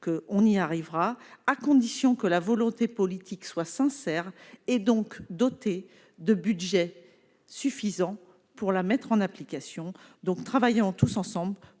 que on y arrivera, à condition que la volonté politique soit sincère et donc dotés de Budgets suffisants pour la mettre en application, donc travaillons tous ensemble